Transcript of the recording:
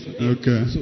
okay